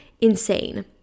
insane